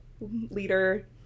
leader